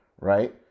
right